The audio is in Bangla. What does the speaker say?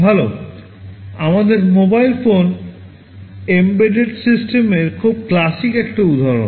ভাল আমাদের মোবাইল ফোন এম্বেডেড সিস্টেমের খুব ক্লাসিক একটা উদাহরণ